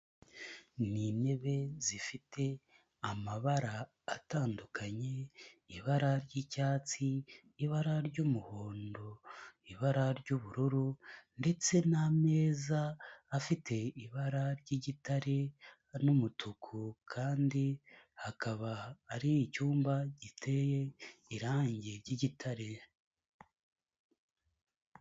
Ni intebe zifite amabara atandukanye, ibara ry'icyatsi, ibara ry'umuhondo, ibara ry'ubururu ndetse n'ameza afite ibara ry'igitare n'umutuku kandi hakaba hari icyumba giteye irangi ry'igitare.